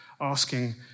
asking